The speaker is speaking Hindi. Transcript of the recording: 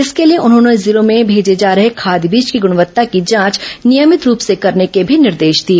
इसके लिए उन्होंने जिलों में भेजे जा रहे खाद बीज की गुणवत्ता की जांच नियमित रूप से करने के भी निर्देश दिए